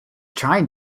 trying